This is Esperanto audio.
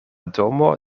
domo